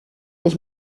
ich